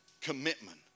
commitment